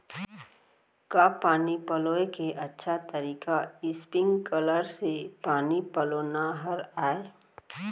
का पानी पलोय के अच्छा तरीका स्प्रिंगकलर से पानी पलोना हरय?